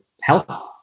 health